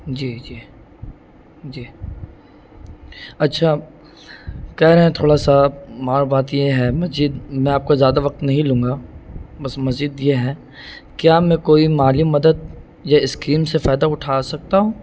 جی جی جی اچھا کہہ رہے ہیں تھوڑا سا مار بات یہ ہے مزید میں آپ کو زیادہ وقت نہیں لوں گا بس مزید یہ ہے کہ آپ میں کوئی مالی مدد یا اسکیم سے فائدہ اٹھا سکتا ہوں